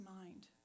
mind